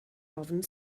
ofn